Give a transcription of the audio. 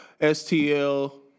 STL